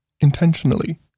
Intentionally